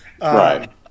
Right